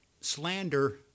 slander